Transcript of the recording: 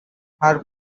her